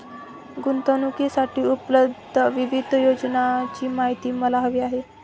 गुंतवणूकीसाठी उपलब्ध विविध योजनांची माहिती मला हवी आहे